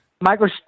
Michael